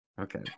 Okay